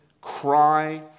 cry